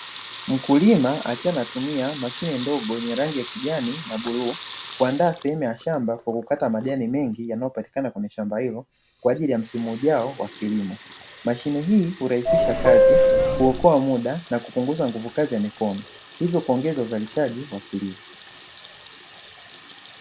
Mkulima akiwa anatumia mashine ndogo yenye rangi ya kijani na bluu kuandaa sehemu ya shamba kwa kukata majani mengi yanayopatikana kwenye shamba hilo kwa ajili ya msimu ujao wa kilimo, mashine hii hurahisisha kazi ya kilimo, huokoa muda na kupunguza nguvu kazi hivyo kuongeza uzalishaji wa kilimo.